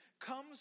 comes